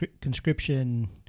conscription